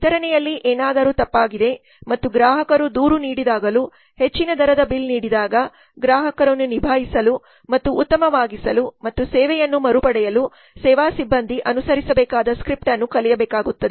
ವಿತರಣೆಯಲ್ಲಿ ಏನಾದರೂ ತಪ್ಪಾಗಿದೆ ಮತ್ತು ಗ್ರಾಹಕರು ದೂರು ನೀಡಿದಾಗಲೂ ಹೆಚ್ಚಿನ ದರದ ಬಿಲ್ ನೀಡಿದಾಗ ಗ್ರಾಹಕರನ್ನು ನಿಭಾಯಿಸಲು ಮತ್ತು ಉತ್ತಮವಾಗಿಸಲು ಅಥವಾ ಸೇವೆಯನ್ನು ಮರುಪಡೆಯಲು ಸೇವಾ ಸಿಬ್ಬಂದಿ ಅನುಸರಿಸಬೇಕಾದ ಸ್ಕ್ರಿಪ್ಟ್ ಅನ್ನು ಕಲಿಯಬೇಕಾಗುತ್ತದೆ